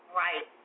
right